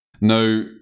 Now